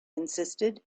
insisted